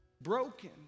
broken